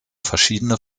verschiedene